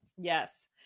Yes